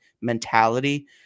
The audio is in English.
mentality